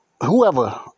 whoever